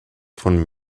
von